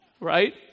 right